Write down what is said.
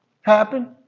happen